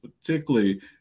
particularly